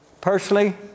Personally